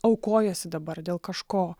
aukojuosi dabar dėl kažko